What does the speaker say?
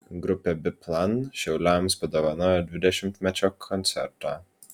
grupė biplan šiauliams padovanojo dvidešimtmečio koncertą